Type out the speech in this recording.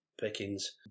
pickings